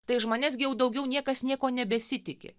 tai iš manęs gi jau daugiau niekas nieko nebesitiki